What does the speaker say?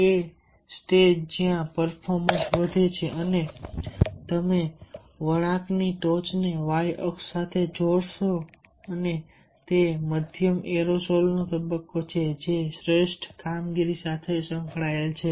એ stage જ્યાં performance વધે છે અને તમે વળાંકની ટોચને Y અક્ષ સાથે જોડશો અને તે મધ્યમ એરોસોલ નો તબક્કો છે જે શ્રેષ્ઠ કામગીરી સાથે સંકળાયેલ છે